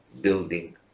building